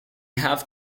have